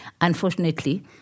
Unfortunately